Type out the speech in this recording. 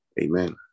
Amen